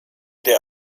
der